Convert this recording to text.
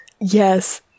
Yes